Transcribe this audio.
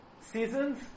seasons